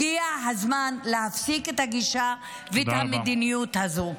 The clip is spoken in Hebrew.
הגיע הזמן להפסיק את הגישה ואת המדיניות הזו.